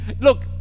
look